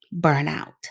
burnout